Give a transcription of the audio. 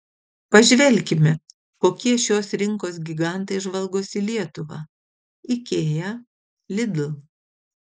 pažvelkime kokie šios rinkos gigantai žvalgosi į lietuvą ikea lidl